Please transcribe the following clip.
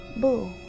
boo